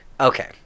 Okay